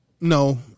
no